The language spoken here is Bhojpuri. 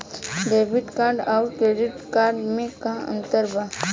डेबिट कार्ड आउर क्रेडिट कार्ड मे का अंतर बा?